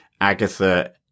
Agatha